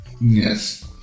Yes